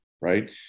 Right